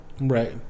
right